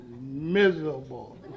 miserable